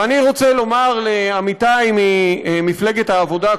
ואני רוצה לומר לעמיתיי ממפלגת העבודה,